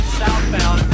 southbound